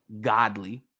godly